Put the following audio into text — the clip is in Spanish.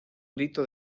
grito